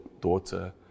daughter